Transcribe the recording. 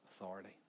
Authority